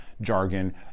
jargon